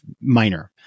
minor